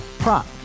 Prop